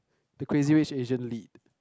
the Crazy Rich Asian lead